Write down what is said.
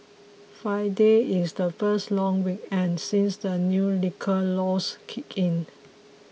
Friday is the first long weekend since the new liquor laws kicked in